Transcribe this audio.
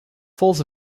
falls